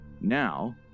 Now